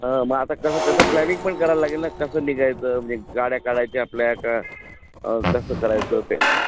मग आता कसं त्याचं प्लॅनिंग पण करायला लागेल ना कसं निघायचं म्हणजे गाड्या काढायच्या आपल्या का कसं करायचं ते